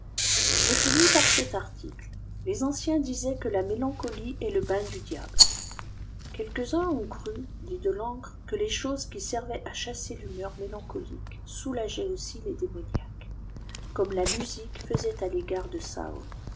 je finis par cet article les anciens disaient que la mélancolie est le bain du diable quelques-uns ont cru dit de lancre que les choses qui servaient à chasser l'humeur mélancolique soulageaient aussi les démoniaques comme la musique faisait à l'égard de saûl